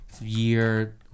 year